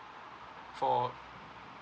for